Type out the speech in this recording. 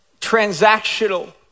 transactional